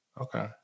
Okay